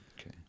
Okay